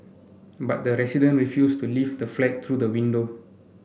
but the resident refused to leave the flat through the window